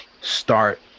start